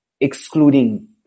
excluding